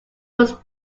most